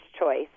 choice